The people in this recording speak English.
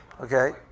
Okay